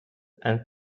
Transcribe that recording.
and